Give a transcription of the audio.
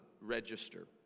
register